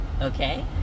Okay